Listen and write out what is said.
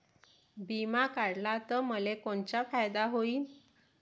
बिमा काढला त मले कोनचा फायदा होईन?